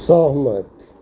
सहमति